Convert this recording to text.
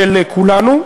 של כולנו.